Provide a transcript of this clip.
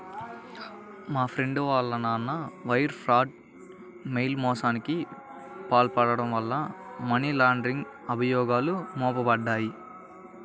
మా ఫ్రెండు వాళ్ళ నాన్న వైర్ ఫ్రాడ్, మెయిల్ మోసానికి పాల్పడటం వల్ల మనీ లాండరింగ్ అభియోగాలు మోపబడ్డాయి